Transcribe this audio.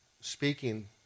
speaking